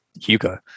Hugo